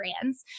brands